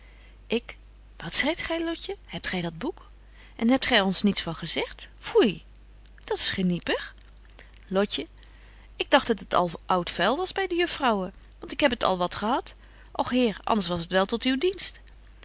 sara burgerhart en hebt gy er ons niets van gezegt foei dat geniepig lotje ik dagt dat het al oud vuil was by de juffrouwen want ik heb het al wat gehad och heer anders was t wel tot uw dienst